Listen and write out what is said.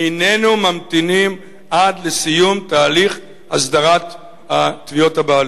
איננו ממתינים עד לסיום תהליך הסדרת תביעות הבעלות.